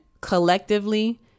collectively